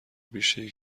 بیشهای